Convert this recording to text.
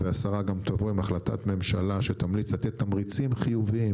והשרה תבוא עם החלטת ממשלה שתמליץ לתת תמריצים חיוביים